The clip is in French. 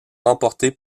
remportée